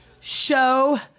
show